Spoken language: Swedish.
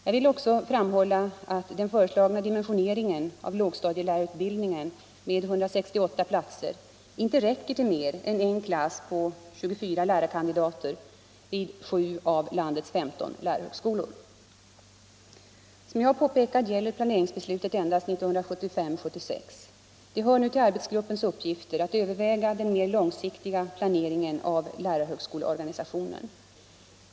Jag vill också framhålla att den föreslagna dimensioneringen av lågstadielärar utbildningen med 168 platser inte räcker till mer än en klass på 24 lärarkandidater vid sju av landets femton lärarhögskolor. Som jag har påpekat gäller planeringsbeslutet endast 1975/76. Det hör nu till arbetsgruppens uppgifter att överväga den mer långsiktiga planeringen av lärarhögskoleorganisationen.